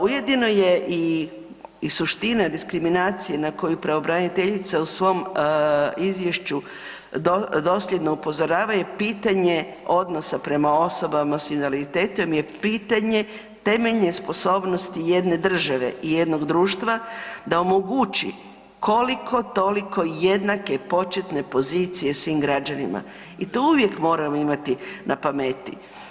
Ujedno je i suština diskriminacije na koji pravobraniteljicu u svom izvješću dosljedno upozorava je pitanje odnosa prema osobama s invaliditetom je pitanje temeljne sposobnosti jedne države i jednog društva da omogući koliko-toliko jednake početne pozicije svim građanima i to uvijek moramo imati na pameti.